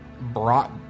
Brought